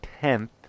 tenth